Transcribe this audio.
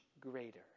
greater